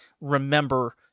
remember